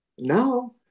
Now